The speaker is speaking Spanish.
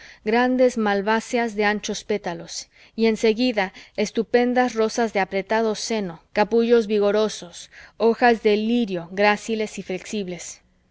grandes malváceas de anchos pétalos y en seguida estupendas rosas de apretado seno capullos vigorosos hojas de lirio gráciles y flexibles